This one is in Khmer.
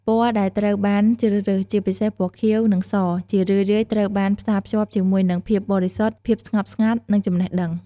ពណ៌ដែលត្រូវបានជ្រើសរើស ជាពិសេសពណ៌ខៀវ និងស ជារឿយៗត្រូវបានផ្សារភ្ជាប់ជាមួយនឹងភាពបរិសុទ្ធ ភាពស្ងប់ស្ងាត់ និងចំណេះដឹង។